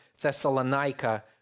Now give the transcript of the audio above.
Thessalonica